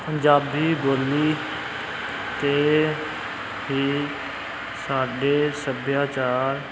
ਪੰਜਾਬੀ ਬੋਲੀ 'ਤੇ ਹੀ ਸਾਡੇ ਸੱਭਿਆਚਾਰ